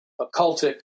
occultic